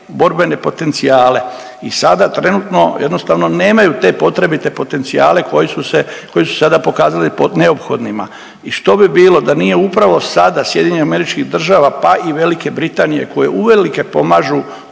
borbene potencijale. I sada trenutno jednostavno nemaju te potrebite potencijale koji su sada pokazali neophodnima, i što bi bilo da nije upravo sada SAD-a pa i VB koje uvelike pomažu